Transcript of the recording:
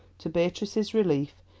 to beatrice's relief,